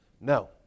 No